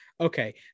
Okay